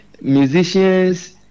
musicians